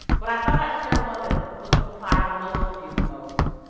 but i thought i'd share one that would surprise most of you the most.